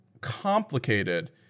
complicated